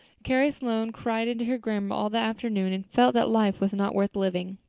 carrie sloane cried into her grammar all the afternoon and felt that life was not worth living.